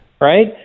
Right